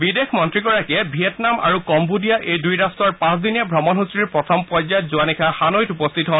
বিদেশ মন্ত্ৰীগৰাকীয়ে ভিয়েটনামা আৰু কম্বোডিয়া এই দুই ৰাষ্টৰ পাঁচদিনীয়া ভ্ৰমণ সূচীৰ প্ৰথম পৰ্যায়ৰ কালি নিশা হানৈত উপস্থিত হয়